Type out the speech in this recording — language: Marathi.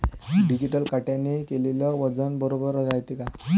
डिजिटल काट्याने केलेल वजन बरोबर रायते का?